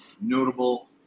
notable